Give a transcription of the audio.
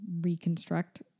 reconstruct